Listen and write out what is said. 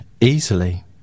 easily